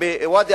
לוד,